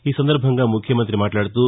ఈ సందర్బంగా ముఖ్యమంత్రి మాట్లాడుతూ